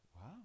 wow